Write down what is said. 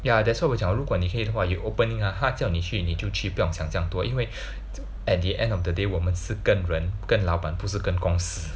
ya that's why 我讲如果你可以的话有 opening ah 他叫你去你就去不用想这样多因为 at the end of the day 我们是跟人跟老板不是跟公司